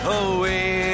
away